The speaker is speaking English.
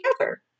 together